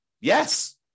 Yes